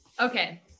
Okay